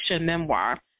memoir